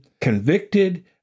convicted